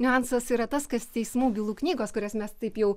niuansas yra tas kad teismų bylų knygos kurias mes taip jau